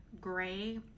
Gray